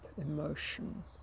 emotion